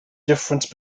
difference